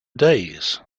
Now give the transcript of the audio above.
days